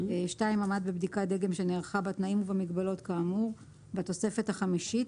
עמד בבדיקת דגם שנערכה בתנאים ובמגבלות כאמור בתוספת החמישית,